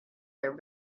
their